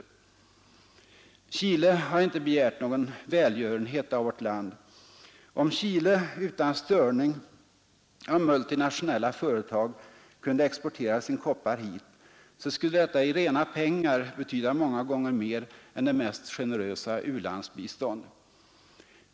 Chile har inte begärt någon välgörenhet av vårt land. Om Chile utan störning av multinationella företag kunde exportera sin koppar hit, så skulle detta i rena pengar betyda många gånger mer än det mest generösa u-landsbistånd.